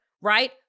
right